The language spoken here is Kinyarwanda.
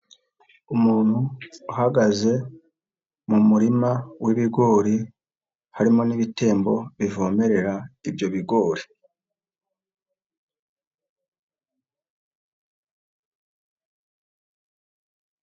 Umuntu uhagaze mu murima w'ibigori harimo n'ibitembo bivomerera ibyo bigori.